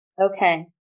Okay